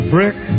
Brick